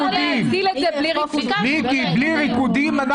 מיקי: בלי ריקודים.